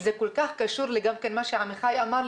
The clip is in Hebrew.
זה כל כך קשור גם למה שעמיחי אמר,